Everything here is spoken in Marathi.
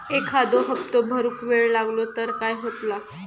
एखादो हप्तो भरुक वेळ लागलो तर काय होतला?